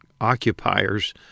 occupiers